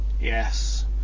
Yes